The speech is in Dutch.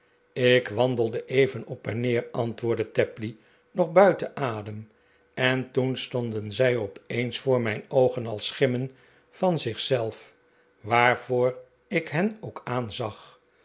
ik wandelde even op en neer antwoordde tapley nog buiten adem en toen stonden zij op eens voor mijn oogen als schimmen van zich zelf waarvoor ik hen ook aanzag